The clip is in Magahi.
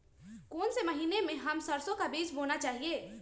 कौन से महीने में हम सरसो का बीज बोना चाहिए?